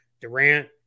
Durant